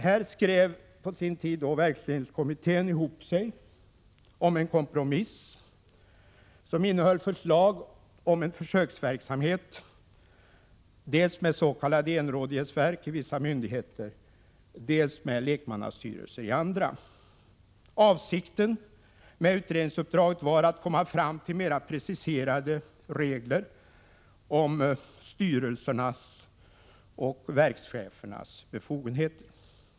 Här skrev på sin tid verksledningskommittén ihop sig om en kompromiss, som innehöll förslag till försöksverksamhet dels med s.k enrådighetsverk i vissa myndigheter, dels med lekmannastyrelser i andra. Avsikten med utredningsuppdraget var att man skulle komma fram till mer preciserade regler för styrelsernas och verkschefernas befogenheter.